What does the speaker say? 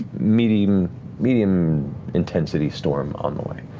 medium medium intensity storm on the way.